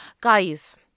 guys